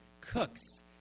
cooks